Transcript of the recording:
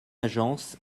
agence